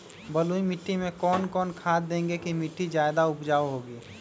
बलुई मिट्टी में कौन कौन से खाद देगें की मिट्टी ज्यादा उपजाऊ होगी?